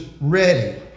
ready